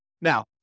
Now